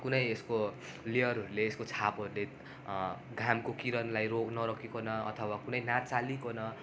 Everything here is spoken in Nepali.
कुनै यसको लेयरहरूले यसको छापहरूले घामको किरणलाई रोक् नरोकिकन अथवा कुनै नचालिकन